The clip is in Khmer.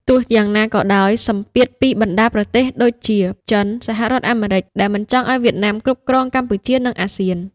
ទោះយ៉ាងណាក៏ដោយ សម្ពាធពីបណ្ដាប្រទេសដូចជា ចិន សហរដ្ឋអាមេរិក ដែលមិនចង់ឱ្យវៀតណាមគ្រប់គ្រងកម្ពុជា និង អាស៊ាន ។